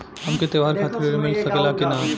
हमके त्योहार खातिर त्रण मिल सकला कि ना?